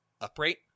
upright